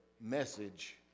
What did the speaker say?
message